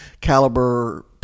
caliber